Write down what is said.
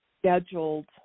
scheduled